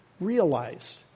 realized